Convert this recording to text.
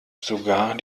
sogar